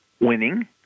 Winning